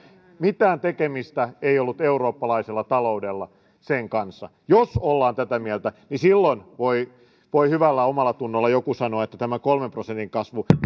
mitään tekemistä ei ollut eurooppalaisella taloudella sen kanssa jos ollaan tätä mieltä silloin voi voi hyvällä omallatunnolla joku sanoa että tämä kolmen prosentin kasvu